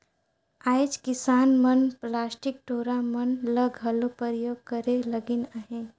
आएज किसान मन पलास्टिक डोरा मन ल घलो परियोग करे लगिन अहे